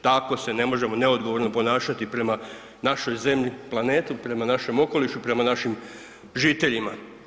Tako se ne možemo neodgovorno ponašati prema našoj zemlji, planetu, prema našem okolišu, prema našim žiteljima.